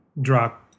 drop